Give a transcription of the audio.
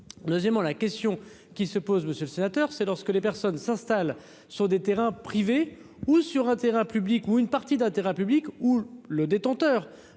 monsieur le sénateur, c'est lorsque les personnes s'installent sur des terrains privés ou sur un terrain public ou une partie d'intérêt public ou le détenteur